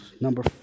Number